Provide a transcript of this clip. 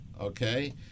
okay